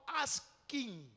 asking